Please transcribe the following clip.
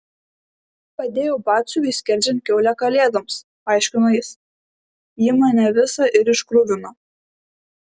padėjau batsiuviui skerdžiant kiaulę kalėdoms paaiškino jis ji mane visą ir iškruvino